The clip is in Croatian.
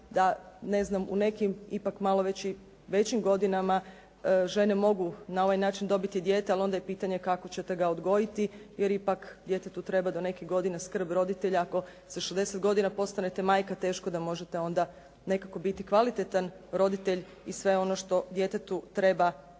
znam u nekim ipak malo većim godinama žene mogu na ovaj način dobiti dijete jer onda je pitanje kako ćete ga odgojiti jer ipak djetetu treba do nekih godina skrb roditelja. Ako sa 60 godina postanete majka teško da možete onda nekako biti kvalitetan roditelj i sve ono što djetetu treba dok